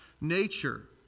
nature